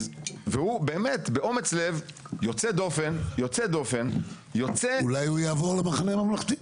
והוא באמת באומץ לב יוצא דופן --- אולי הוא יעבור למחנה הממלכתי.